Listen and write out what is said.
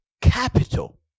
capital